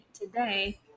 today